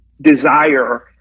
desire